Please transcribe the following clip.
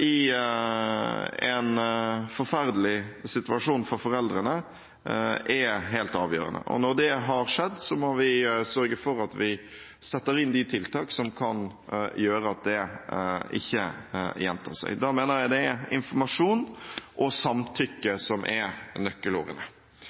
i en forferdelig situasjon for foreldrene – er helt avgjørende. Når det har skjedd, må vi sørge for at vi setter inn de tiltakene som kan gjøre at det ikke gjentar seg. Da mener jeg det er informasjon og samtykke som er